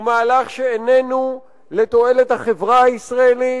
הוא מהלך שאיננו לתועלת החברה הישראלית.